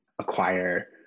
acquire